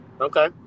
Okay